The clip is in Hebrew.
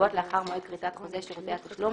לרבות לאחר מועד כריתת חוזה שירותי התשלום,